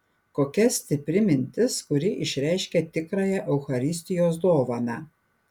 kokia stipri mintis kuri išreiškia tikrąją eucharistijos dovaną